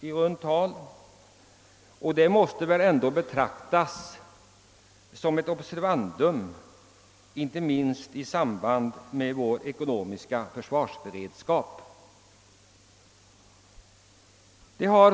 Detta måste väl ändå vara ett observandum när det gäller vår ekonomiska försvarsberedskap.